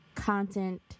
content